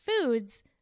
foods